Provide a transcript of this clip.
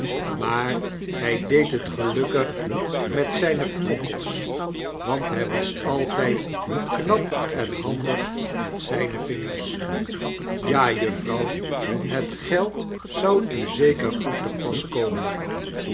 doen maarny deed het felukkig met zijne knokkels want hy was altyd nap en nandig met zyne vingers ja juffrouw het geld zou u zeker goed te pas komen